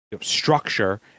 structure